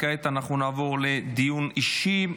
כעת אנחנו נעבור לדיון אישי.